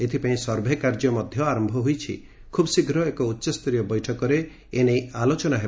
ଏଥିପାଇଁ ସର୍ଭେ କାର୍ଯ୍ୟ ମଧ୍ଧ ଆର ଖୁବ୍ ଶୀଘ୍ ଏକ ଉଚ୍ଚସ୍ତରୀୟ ବୈଠକରେ ଏ ନେଇ ଆଲୋଚନା ହେବ